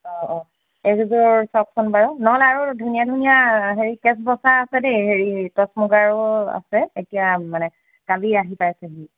অঁ এইকেইযোৰ চাওঁকচোন বাৰু নহ'লে আৰু ধুনীয়া ধুনীয়া হেৰি কেচ বচা আছে দেই হেৰি টচ মুগাৰো আছে এতিয়া মানে কালি আহি পাইছেহি